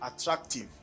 attractive